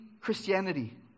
Christianity